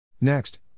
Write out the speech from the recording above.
Next